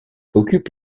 occupe